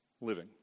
living